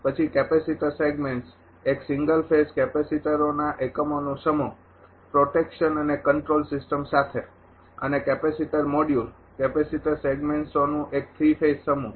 પછી capacitor segments એક single phase કેપેસીટરોના એકમોનું સમૂહ પ્રોટેકશન અને કંટ્રોલ સિસ્ટમ સાથે અને કેપેસિટર મોડ્યુલ કેપેસીટર સેગમેન્ટ્સઓનું એક થ્રી ફેજ સમૂહ